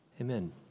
Amen